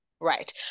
right